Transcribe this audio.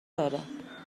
داره